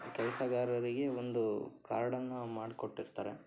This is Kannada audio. ಕೆಲಸಗಾರರಿಗೆ ಒಂದು ಕಾರ್ಡನ್ನು ಮಾಡ್ಕೊಟ್ಟಿರ್ತಾರೆ